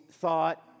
thought